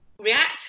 react